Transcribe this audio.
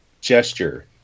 gesture